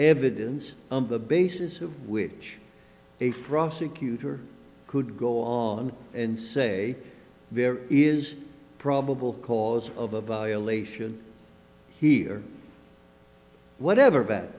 evidence on the basis of which a prosecutor could go on and say there is probable cause of a violation here whatever but